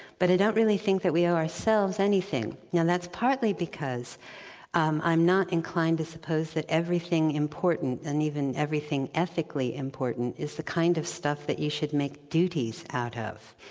but i don't really think that we owe ourselves anything, yeah and that's partly because um i'm not inclined to suppose that everything important and even everything ethically important, is the kind of stuff that you should make duties out of.